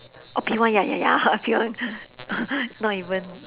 oh P one ya ya ya P one not even